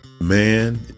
man